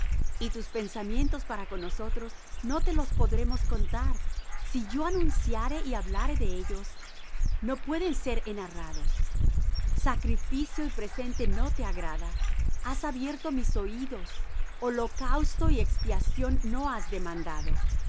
y tus pensamientos para con nosotros no te los podremos contar si yo anunciare y hablare de ellos no pueden ser enarrados sacrificio y presente no te agrada has abierto mis oídos holocausto y expiación no has demandado